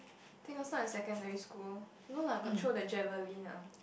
think also I secondary school no lah got throw the javelin ah